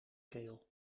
keel